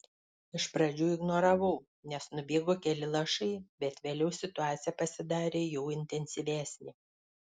iš pradžių ignoravau nes nubėgo keli lašai bet vėliau situacija pasidarė jau intensyvesnė